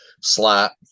slap